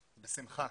בשמחה.